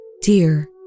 Dear